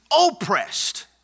oppressed